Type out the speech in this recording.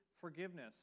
forgiveness